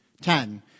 Ten